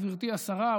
גברתי השרה,